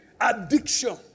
addiction